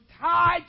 tied